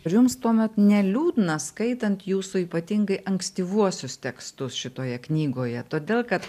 jums tuomet neliūdna skaitant jūsų ypatingai ankstyvuosius tekstus šitoje knygoje todėl kad